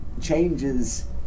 changes